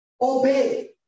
obey